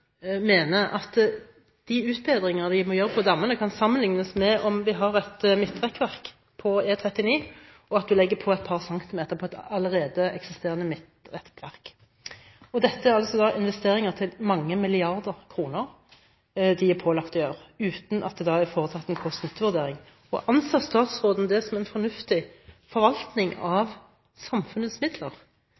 mener at de utbedringer vi må gjøre på dammene, kan sammenlignes med om vi har et midtrekkverk på E39, og at man legger på et par centimenter på et allerede eksisterende midtrekkverk. Man er altså pålagt å gjøre investeringer til mange milliarder kroner uten at det er foretatt noen kost–nytte-vurdering. Anser statsråden det som en fornuftig forvaltning av samfunnets midler